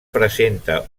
presenta